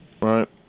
Right